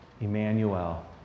Emmanuel